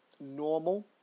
normal